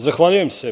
Zahvaljujem se.